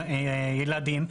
ילדים,